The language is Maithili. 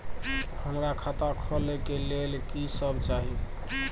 हमरा खाता खोले के लेल की सब चाही?